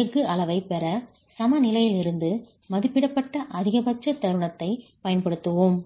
எஃகு அளவைப் பெற சமநிலையிலிருந்து மதிப்பிடப்பட்ட அதிகபட்ச தருணத்தைப் பயன்படுத்துவோம்